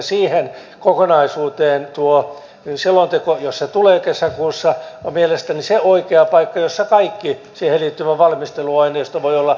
siihen kokonaisuuteen tuo selonteko jos se tulee kesäkuussa on mielestäni se oikea paikka jossa kaikki siihen liittyvä valmisteluaineisto voi olla eduskunnassa